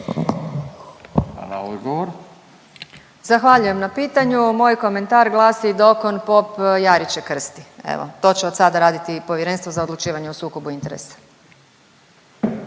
Zahvaljujem na pitanju. Moj komentar glasi dokon pop jariće krsti. Evo, to će od sada raditi Povjerenstvo za odlučivanje o sukobu interesa.